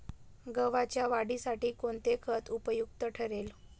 गव्हाच्या वाढीसाठी कोणते खत उपयुक्त ठरेल?